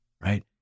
right